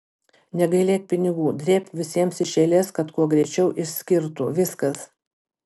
negailėk pinigų drėbk visiems iš eilės kad kuo greičiau išskirtų viskas